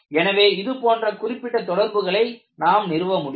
எனவே இது போன்ற குறிப்பிட்ட தொடர்புகளை நாம் நிறுவ முடியும்